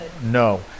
No